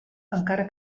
encara